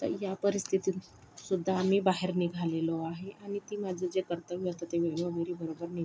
तरी या परिस्थितीत सुद्धा आम्ही बाहेर निघालेलो आहे आणि ती माझं जे कर्तव्य होतं ते मी बरोबर निभावलेलं आहे